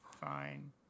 fine